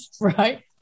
right